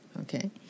okay